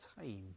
time